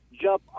jump